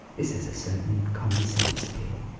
this has a certain commonsense appeal.